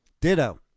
Ditto